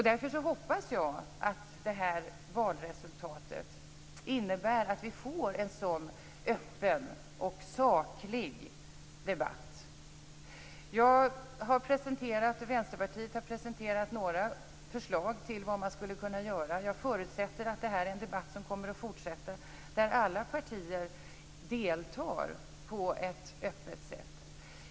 Därför hoppas jag att valresultatet innebär att vi får en öppen och saklig debatt. Vänsterpartiet har presenterat några förslag till vad man skulle kunna göra. Jag förutsätter att det är en debatt som kommer att fortsätta, där alla partier deltar på ett öppet sätt.